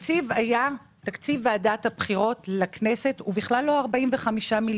תקציב ועדת הבחירות לכנסת הוא בכלל לא 45 מיליון.